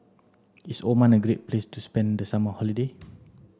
is Oman a great place to spend the summer holiday